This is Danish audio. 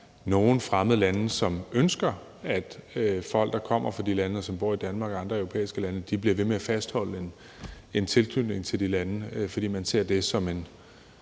nogle fremmede lande, som ønsker, at folk, der kommer fra de lande, og som bor i Danmark eller andre europæiske lande, bliver ved med at fastholde en tilknytning til de lande, fordi man ser det som